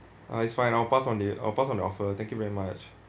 ah it's fine I'll pass on the I'll pass on the offer thank you very much